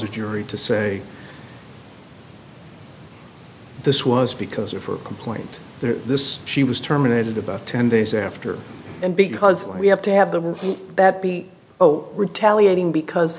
a jury to say this was because of her complaint this she was terminated about ten days after and because we have to have the movement that be oh retaliating because